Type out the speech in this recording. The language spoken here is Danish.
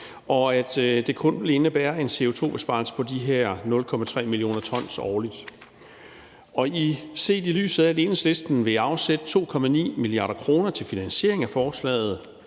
og at det kun vil indebære en CO2-besparelse på de her 0,3 mio. t årligt. Og set i lyset af at Enhedslisten vil afsætte 2,9 mia. kr. til finansiering af forslaget,